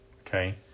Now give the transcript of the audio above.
Okay